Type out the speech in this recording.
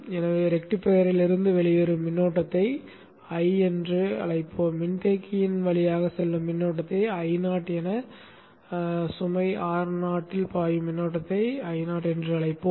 எனவே ரெக்டிஃபையரில் இருந்து வெளியேறும் மின்னோட்டத்தை I என அழைப்போம் மின்தேக்கியின் வழியாக செல்லும் மின்னோட்டத்தை Io என சுமை Ro வில் பாயும் மின்னோட்டத்தை Io என்று அழைப்போம்